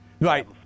Right